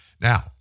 Now